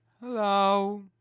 Hello